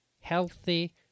healthy